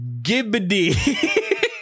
gibbity